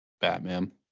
Batman